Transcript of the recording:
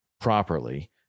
properly